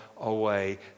away